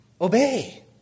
obey